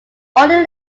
older